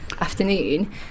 afternoon